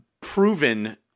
proven